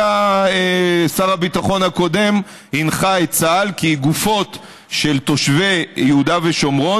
שר הביטחון הקודם הנחה את צה"ל כי גופות של תושבי יהודה ושומרון,